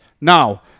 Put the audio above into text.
Now